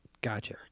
Gotcha